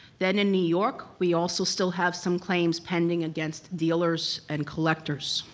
then in new york we also still have some claims pending against dealers and collectors.